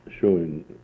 showing